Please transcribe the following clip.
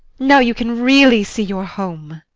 now you can really see your home.